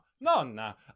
Nonna